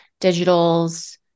digitals